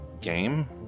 game